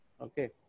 Okay